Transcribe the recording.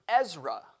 Ezra